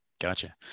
Gotcha